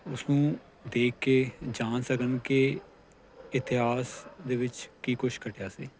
ਉਸਨੂੰ ਦੇਖ ਕੇ ਜਾਣ ਸਕਣ ਕੇ ਇਤਿਹਾਸ ਦੇ ਵਿੱਚ ਕੀ ਕੁਛ ਘਟਿਆ ਸੀ